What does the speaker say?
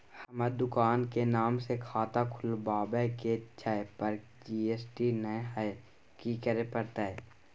हमर दुकान के नाम से खाता खुलवाबै के छै पर जी.एस.टी नय हय कि करे परतै?